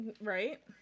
Right